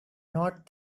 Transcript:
not